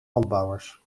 landbouwers